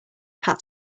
pat